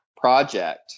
project